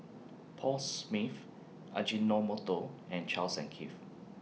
Paul Smith Ajinomoto and Charles and Keith